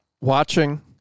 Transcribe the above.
watching